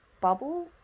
bubble